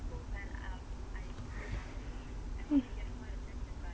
mm